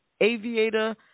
aviator